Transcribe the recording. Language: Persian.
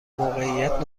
موقعیت